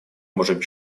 можем